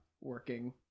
working